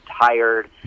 tired